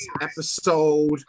episode